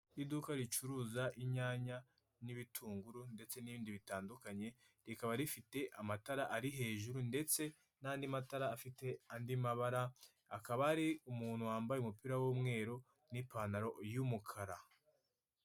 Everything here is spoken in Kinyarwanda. Iduka ricuruza inyanya n'ibitunguru ndetse n'ibindi bitandukanye, rikaba rifite amatara ari hejuru ndetse n'andi matara afite andi mabara, hakaba hari umuntu wambaye umupira w'umweru n'ipantaro y'umukara.